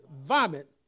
vomit